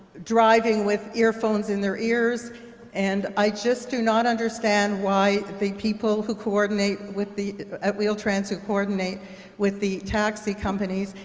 driving with earphones in their ears and i just do not understand why the people who coordinate with the at wheel-trans, coordinate with the taxi companies,